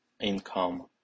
income